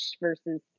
versus